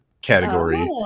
category